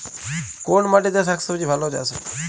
কোন মাটিতে শাকসবজী ভালো চাষ হয়?